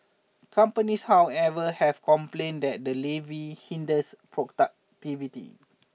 companies however have complained that the levy hinders productivity